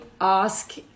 ask